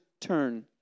turn